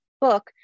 book